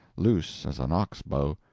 loose as an ox-bow,